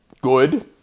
good